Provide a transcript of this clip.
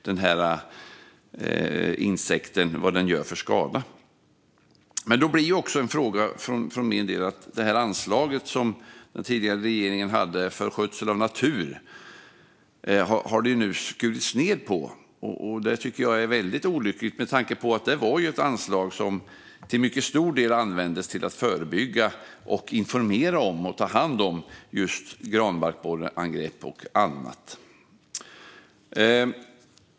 Då förstår man hur stor skada den här insekten gör. Det anslag för skötsel av natur som den tidigare regeringen hade har man nu skurit ned på. Det tycker jag är väldigt olyckligt med tanke på att det var ett anslag som till mycket stor del användes till att förebygga, informera och ta hand om just granbarkborreangrepp och annat.